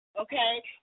okay